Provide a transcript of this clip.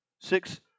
six